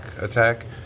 attack